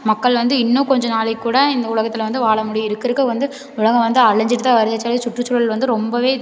மக்கள் வந்து இன்னும் கொஞ்சம் நாளைக்குக்கூட இந்த உலகத்தில் வந்து வாழ முடியும் இருக்கற இருக்கற வந்து உலகம் வந்து அழிஞ்சுட்டு தான் வருதே சொல்லி சுற்றுச்சூழல் வந்து ரொம்பவே